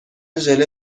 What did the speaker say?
ژله